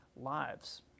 lives